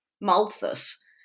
Malthus